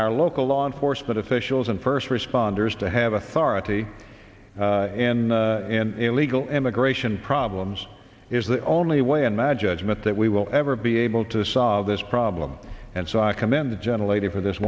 our local law enforcement officials and first responders to have authority in illegal immigration problems is the only way and madge meant that we will ever be able to solve this problem and so i commend the gentle lady for this